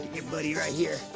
your buddy right here.